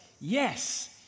Yes